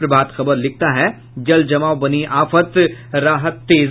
प्रभात खबर लिखता है जलजमाव बना आफत राहत तेज